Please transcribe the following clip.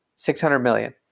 six hundred million.